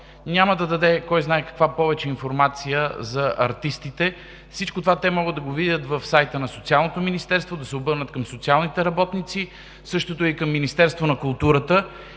няма да даде кой знае каква повече информация за артистите. Всичко това те могат да го видят в сайта на Социалното министерство, да се обърнат към социалните работници, също и към Министерството на културата.